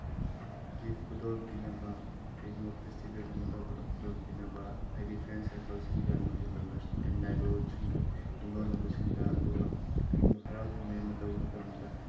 ꯒꯤꯐ ꯈꯨꯗꯣꯜ ꯄꯤꯅꯕ ꯀꯩꯒꯨꯝꯕ ꯐꯦꯁꯇꯤꯕꯦꯜ ꯑꯃ ꯇꯧꯕꯗ ꯈꯨꯗꯣꯜ ꯄꯤꯅꯕ ꯍꯥꯏꯕꯗꯤ ꯐ꯭ꯔꯦꯟ ꯁꯔꯀꯜꯁꯤꯡꯗ ꯑꯃꯗꯤ ꯂꯕ꯭ꯔꯁ ꯑꯦꯟ ꯅꯥꯏꯕꯔꯍꯨꯠ ꯁꯤꯡꯗ ꯌꯨꯝꯂꯣꯟꯅꯁꯤꯡꯗ ꯑꯗꯨꯒ ꯀꯩꯒꯨꯝꯕ ꯍꯔꯥꯎ ꯀꯨꯝꯍꯩ ꯑꯃ ꯇꯧꯕ ꯃꯇꯝꯗ